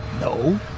No